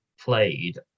played